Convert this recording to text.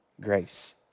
grace